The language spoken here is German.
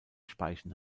speichen